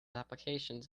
applications